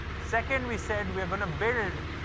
second, we said we are going to build